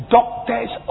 Doctors